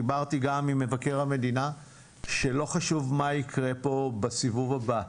דיברתי גם עם מבקר המדינה שלא חשוב מה יקרה פה בסיבוב הבא,